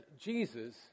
Jesus